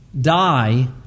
die